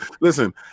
Listen